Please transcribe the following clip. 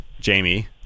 Jamie